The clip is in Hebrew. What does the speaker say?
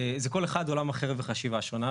זה כל אחד עולם אחר וחשיבה שונה.